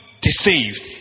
deceived